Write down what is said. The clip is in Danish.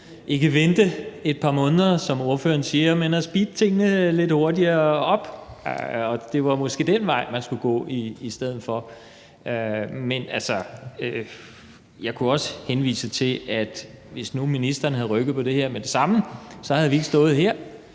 ikke at vente et par måneder, som ordføreren siger, men ved at speede tingene lidt op? Det var måske den vej, man skulle gå i stedet for. Jeg kunne også henvise til, at hvis nu ministeren havde rykket på det her med det samme, havde vi ikke stået her.